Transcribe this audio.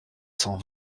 cent